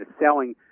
selling